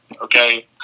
okay